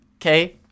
okay